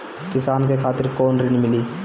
किसान के खातिर कौन ऋण मिली?